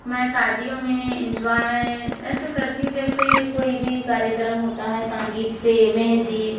मैं शादियों मे इन्जॉय ऐसे करती हूँ जैसे कोई भी कार्यक्रम होता है संगीत से मेहंदी